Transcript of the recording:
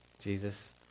Jesus